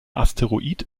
asteroid